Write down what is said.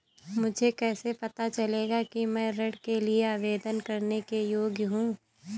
मुझे कैसे पता चलेगा कि मैं ऋण के लिए आवेदन करने के योग्य हूँ?